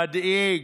מדאיג.